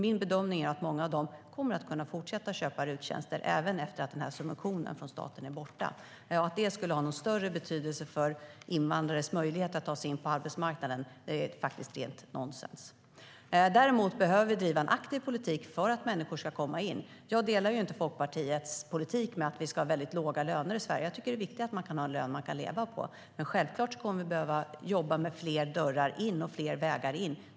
Min bedömning är att många av dem kommer att kunna fortsätta att köpa RUT-tjänster även sedan den här subventionen från staten är borta. Att det skulle ha någon större betydelse för invandrares möjlighet att ta sig in på arbetsmarknaden är faktiskt rent nonsens. Däremot behöver vi driva en aktiv politik för att människor ska komma in. Jag delar inte Folkpartiets politik med att vi ska ha väldigt låga löner i Sverige. Jag tycker att det är viktigt att man kan ha en lön som man kan leva på. Men självklart kommer vi att behöva jobba med fler dörrar in och fler vägar in.